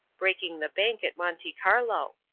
breaking the bank at monte carlo.